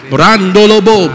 Brandolobo